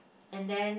and then